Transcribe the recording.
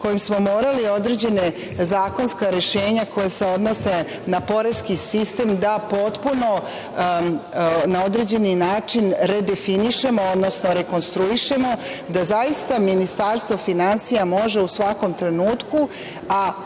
kojim smo morali određena zakonska rešenja koja se odnose na poreski sistem da potpuno na određeni način redifinišemo, odnosno rekonstruišemo, da zaista Ministarstvo finansija može u svakom trenutku,